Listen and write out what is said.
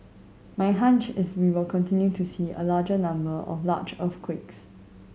my hunch is we will continue to see a larger number of large earthquakes